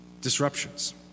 disruptions